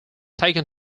taken